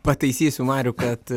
pataisysiu marių kad